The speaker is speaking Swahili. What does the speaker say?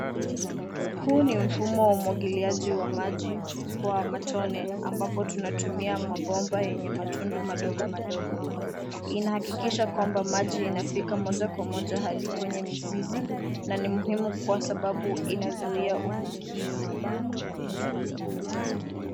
Huu ni mfumo wa umwagiliaji wa maji kwa matone ambapo tunatumia mabomba yenye matundu madogo madogo, inahakikisha kwamba maji inafika moja kwa moja hadi kwenye mizizi na ni muhimu kwa sababu inazuia ufukizi.